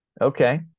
Okay